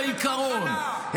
לא כי אנחנו מתנגדים לעיקרון,